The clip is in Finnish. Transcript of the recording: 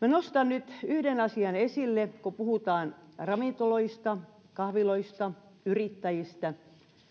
minä nostan nyt yhden asian esille mikä on jäänyt vähän taka alalle kun puhutaan ravintoloista kahviloista yrittäjistä